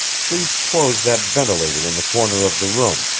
please close that ventilator in the corner of the room.